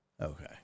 Okay